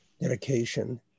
dedication